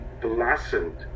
blossomed